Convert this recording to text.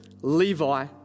Levi